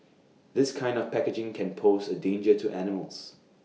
this kind of packaging can pose A danger to animals